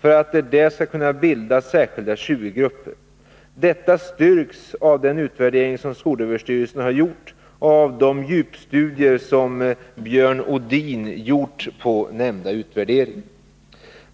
för att det där skall kunna bildas särskilda 20-grupper. Detta styrks av den utvärdering skolöverstyrelsen har gjort och av de djupstudier som Björn Odin gjort av nämnda utvärdering.